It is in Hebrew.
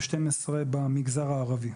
ו-12 במגזר הערבי.